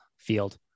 Field